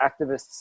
activists